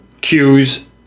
cues